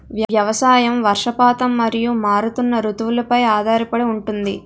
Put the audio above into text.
వ్యవసాయం వర్షపాతం మరియు మారుతున్న రుతువులపై ఆధారపడి ఉంటుంది